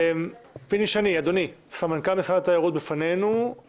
פיני שני, סמנכ"ל משרד התיירות אתה בשידור.